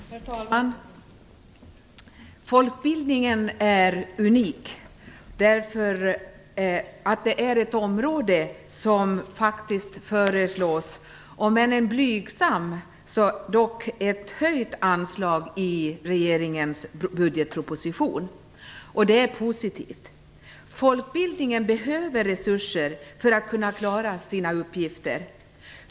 Herr talman! Folkbildningen är unik därför att det är ett område som i regeringens budgetproposition faktiskt föreslås få ett, om än blygsamt höjt anslag. Det är positivt. Folkbildningen behöver resurser för att kunna klara sina uppgifter.